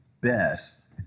best